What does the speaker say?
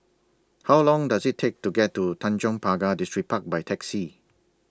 How Long Does IT Take to get to Tanjong Pagar Distripark By Taxi